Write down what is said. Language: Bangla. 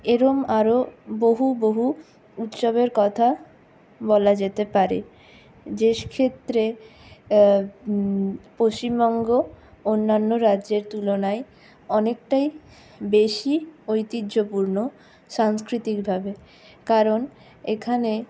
এরকম আরও বহু বহু উৎসবের কথা বলা যেতে পারে যেক্ষেত্রে পশ্চিমবঙ্গ অন্যান্য রাজ্যের তুলনায় অনেকটাই বেশি ঐতিহ্যপূর্ণ সাংস্কৃতিকভাবে কারণ এখানে